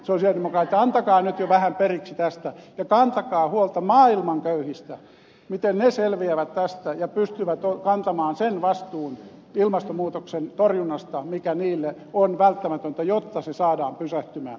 siksi sosialidemokraatit antakaa nyt jo vähän periksi tästä ja kantakaa huolta maailman köyhistä miten ne selviävät tästä ja pystyvät kantamaan sen vastuun ilmastonmuutoksen torjunnasta mikä niille on välttämätöntä jotta ilmastonmuutos saadaan pysähtymään